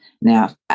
Now